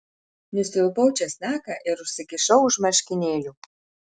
nusilupau česnaką ir užsikišau už marškinėlių